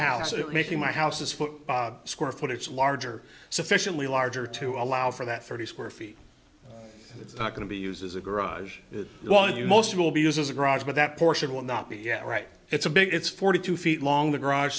house or making my house is foot square foot it's larger sufficiently larger to allow for that thirty square feet it's not going to be used as a garage while you most will be used as a garage but that portion will not be yet right it's a big it's forty two feet long the garage